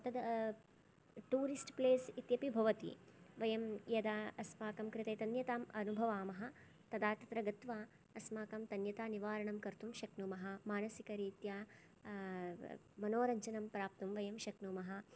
तत् tourist place इत्यपि भवति वयं यदा अस्माकं कृते तन्यताम् अनुभवामः तदा तत्र गत्वा अस्माकं तन्यतानिवारणं कर्तुं शक्नुमः मानसिकरीत्या मनोरञ्जनं प्राप्तुं वयं शक्नुमः